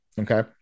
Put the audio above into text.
Okay